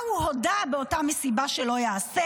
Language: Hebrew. מה הוא הודה באותה מסיבה שלא יעשה?